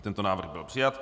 Tento návrh byl přijat.